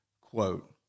quote